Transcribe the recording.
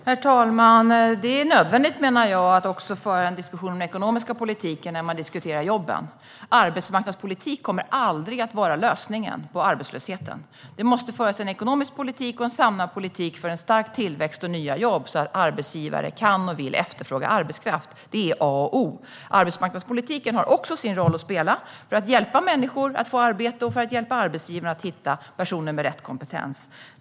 Herr talman! Det är nödvändigt, menar jag, att även föra en diskussion om den ekonomiska politiken när man diskuterar jobben. Arbetsmarknadspolitik kommer aldrig att vara lösningen på arbetslösheten. Det måste föras en ekonomisk politik och en samlad politik för en stark tillväxt och nya jobb så att arbetsgivare kan och vill efterfråga arbetskraft - det är A och O. Arbetsmarknadspolitiken har också sin roll att spela för att hjälpa människor att få arbete och för att hjälpa arbetsgivare att hitta personer med rätt kompetens.